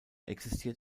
existiert